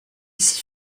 s’y